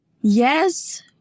yes